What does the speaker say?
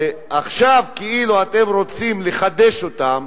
שעכשיו כאילו אתם רוצים לחדש אותן,